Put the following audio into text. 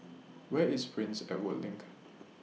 Where IS Prince Edward LINK